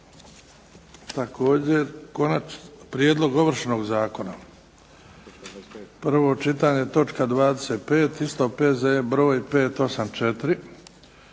također Prijedlog ovršnog zakona, prvo čitanje, točka 25. isto